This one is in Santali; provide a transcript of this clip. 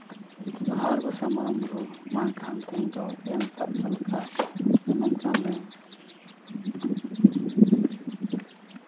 ᱡᱚᱸᱦᱟᱨ ᱜᱚᱸᱥᱟᱭ ᱢᱟᱨᱟᱝ ᱵᱩᱨᱩ ᱢᱟ ᱮᱱᱠᱷᱟᱱ ᱛᱮᱦᱮᱧ ᱫᱚ ᱮᱢ ᱠᱟᱜ ᱪᱟᱞ ᱠᱟᱜ ᱮᱢᱟᱢ ᱠᱟᱱᱟᱞᱮ